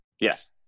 yes